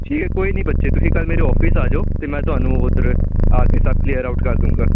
ਠੀਕ ਏ ਕੋਈ ਨਹੀਂ ਬੱਚੇ ਤੁਸੀਂ ਕੱਲ੍ਹ ਮੇਰੇ ਆਫਿਸ ਆ ਜਾਓ ਅਤੇ ਮੈਂ ਤੁਹਾਨੂੰ ਉੱਧਰ ਆ ਕੇ ਸਭ ਕਲੀਅਰ ਆਊਟ ਕਰ ਦੂੰਗਾ